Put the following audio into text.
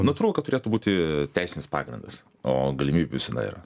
natūralu kad turėtų būti teisinis pagrindas o galimybių visada yra